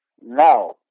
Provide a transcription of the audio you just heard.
no